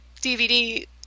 dvd